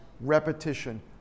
repetition